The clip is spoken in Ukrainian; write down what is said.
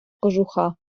кожуха